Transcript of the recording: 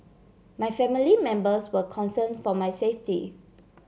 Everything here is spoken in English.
my family members were concern for my safety